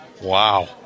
Wow